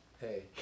Hey